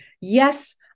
yes